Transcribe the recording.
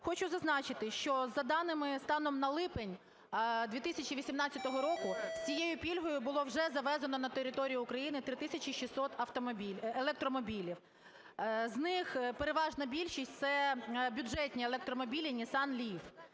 Хочу зазначити, що за даними станом на липень 2018 року з цією пільгою було вже завезено на територію України 3600 електромобілів. З них переважна більшість – це бюджетні електромобіліNissan Leaf.